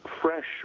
fresh